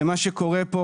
ומה שקורה פה,